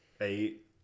eight